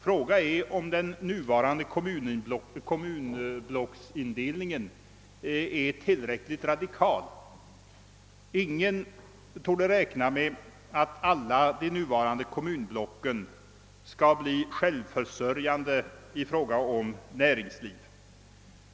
Fråga är om den nuvarande kommunblocksindelningen är tillräckligt radikal. Ingen torde räkna med att alla de nuvarande kommunblocken skall bli självförsörjande på näringslivets område.